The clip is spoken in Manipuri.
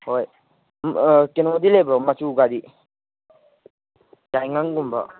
ꯍꯣꯏ ꯀꯩꯅꯣꯗꯤ ꯂꯩꯕ꯭ꯔꯣ ꯃꯆꯨꯀꯥꯗꯤ ꯌꯥꯏꯉꯪꯒꯨꯝꯕ